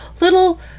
little